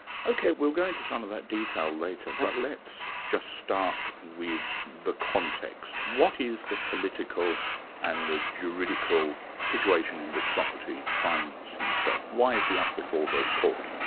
ok, we'll go into some of that detail later, but let's just start with the context. what is the political and the juridical situation in which socrates finds himself? why is he up before the court?